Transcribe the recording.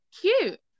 cute